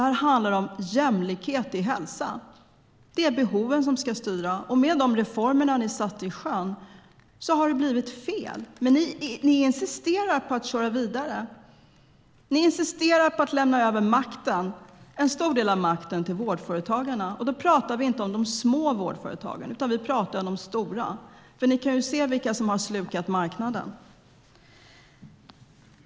Det handlar om jämlikhet i hälsa. Det är behoven som ska styra. Med de reformer ni satte i sjön har det blivit fel. Men ni insisterar på att köra vidare. Ni insisterar på att lämna över en stor del av makten till vårdföretagarna. Då talar vi inte om de små vårdföretagarna, utan vi talar om de stora. Ni kan ju se vilka det är som har slukat marknaden.